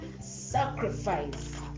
sacrifice